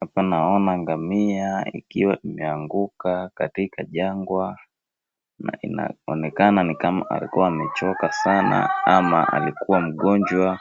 Hapa naona ngamia ikiwa imeanguka katika jangwa, na inaonekana ni kama alikuwa amechoka sana ama alikuwa mgonjwa,